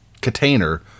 container